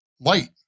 light